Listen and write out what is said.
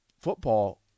football